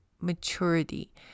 maturity